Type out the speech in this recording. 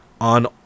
on